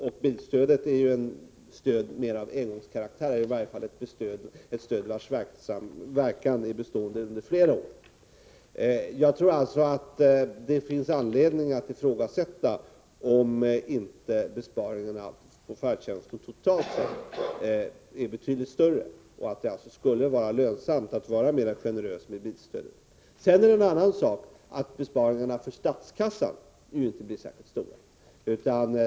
Och bilstödet är ju ett stöd mera av engångskaraktär, vars verkan blir bestående under flera år. Jag tror alltså att det finns anledning att ifrågasätta om inte besparingarna på färdtjänsten totalt sett är betydligt större och att det alltså skulle vara lönsamt att vara mer generös med bilstöd. Sedan är det en annan sak att besparingarna för statskassan ju inte blir särskilt stora.